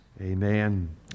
amen